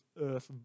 Earth